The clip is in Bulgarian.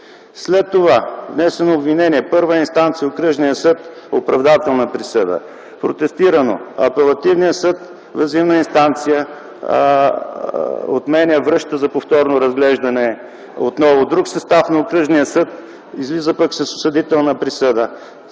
След това е внесено обвинение – първа инстанция – Окръжния съд – оправдателна присъда. Протестирано. Апелативният съд – въззивна инстанция, отменя и връща за повторно разглеждане. Отново друг състав на Окръжния съд излиза пък с осъдителна присъда.